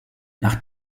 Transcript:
nach